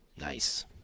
Nice